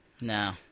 No